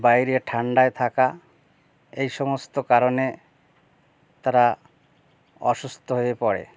বাইরে ঠান্ডায় থাকা এই সমস্ত কারণে তারা অসুস্থ হয়ে পড়ে